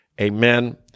Amen